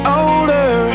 older